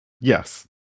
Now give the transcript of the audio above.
Yes